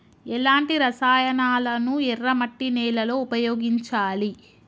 ఎలాంటి రసాయనాలను ఎర్ర మట్టి నేల లో ఉపయోగించాలి?